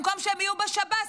במקום שהם יהיו בשב"ס,